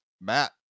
matt